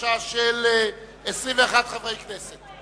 בקשה של 21 חברי כנסת.